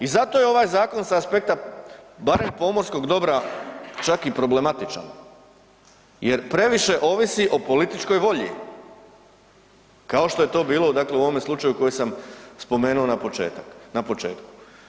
I zato je ovaj zakon sa aspekta barem pomorskog dobra čak i problematičan jer previše ovisi o političkoj volji kao što je to bilo, dakle u ovome slučaju koji sam spomenuo na početak, na početku.